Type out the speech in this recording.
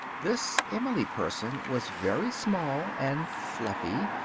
this emily person was very small, and fluffy,